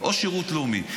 או שירות לאומי.